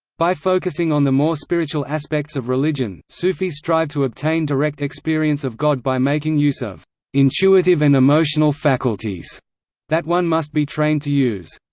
by focusing on the more spiritual aspects of religion, sufis strive to obtain direct experience of god by making use of intuitive and emotional faculties that one must be trained to use.